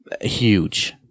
huge